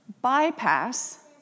bypass